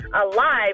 alive